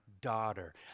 daughter